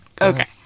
Okay